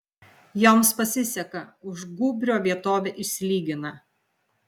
joms pasiseka už gūbrio vietovė išsilygina